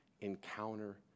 encounter